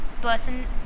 person